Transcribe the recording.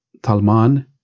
Talman